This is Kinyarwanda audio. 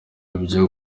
ibyo